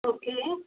okay